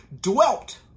dwelt